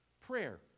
prayer